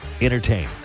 Entertain